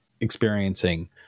experiencing